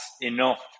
enough